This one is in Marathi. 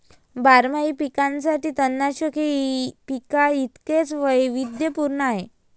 बारमाही पिकांसाठी तणनाशक हे पिकांइतकेच वैविध्यपूर्ण आहे